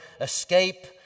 escape